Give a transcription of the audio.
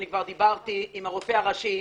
אני כבר דיברתי עם הרופא הראשי,